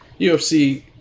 UFC